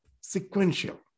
sequential